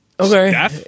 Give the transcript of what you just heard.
okay